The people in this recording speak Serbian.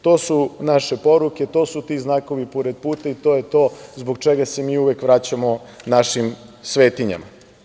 To su naše poruke, to su ti znakovi pored puta i to je to zbog čega se mi uvek vraćamo našim svetinjama.